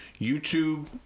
YouTube